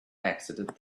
exited